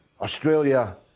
Australia